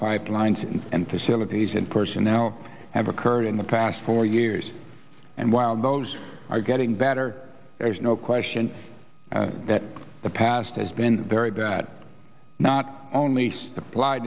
pipelines and facilities and personnel have occurred in the past four years and while those are getting better there's no question that the past has been very bad not only supply